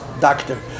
doctor